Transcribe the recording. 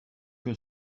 que